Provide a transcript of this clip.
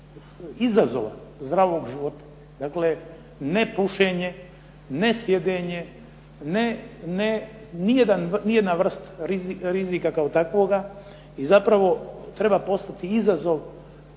izazova zdravog života. Dakle nepušenje, nesjedenje, ne, nijedna vrst rizika kao takvoga i zapravo treba postati izazov